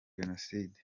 jenoside